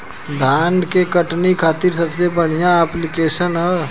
धान के कटनी खातिर सबसे बढ़िया ऐप्लिकेशनका ह?